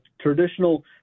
traditional